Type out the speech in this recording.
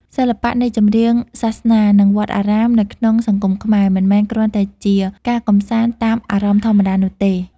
សិល្បៈនៃចម្រៀងសាសនា និងវត្តអារាមនៅក្នុងសង្គមខ្មែរ មិនមែនគ្រាន់តែជាការកម្សាន្តតាមអារម្មណ៍ធម្មតានោះទេ